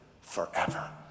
forever